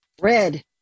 Red